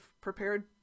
prepared